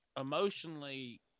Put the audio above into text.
emotionally